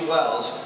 Wells